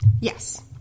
Yes